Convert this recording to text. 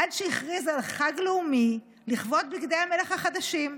עד שהכריז על חג לאומי לכבוד בגדי המלך החדשים,